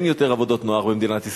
אין יותר עבודות נוער במדינת ישראל.